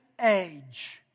age